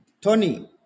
Tony